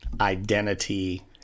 identity